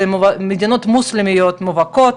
מדובר במדינות מוסלמיות מובהקות,